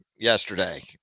yesterday